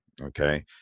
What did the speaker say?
Okay